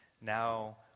Now